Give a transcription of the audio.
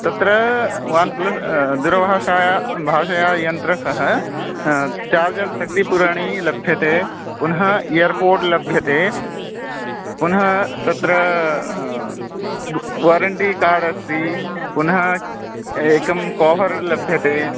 तत्र OnePlus दूरभाषा भाषया यन्त्रसह चार्जर् शक्तिपूरणी लभ्यते पुनः इयर् पोड् लभ्यते पुनः तत्र वरण्टि कार्ड् अस्ति पुनः एकं कोवर् लभ्यते